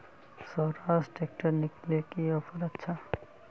Swaraj tractor किनले की offer अच्छा?